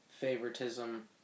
favoritism